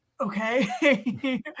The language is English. okay